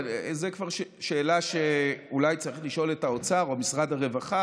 זה כבר שאלה שאולי צריך לשאול את האוצר או את משרד הרווחה,